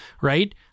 Right